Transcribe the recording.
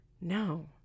no